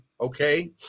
okay